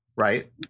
right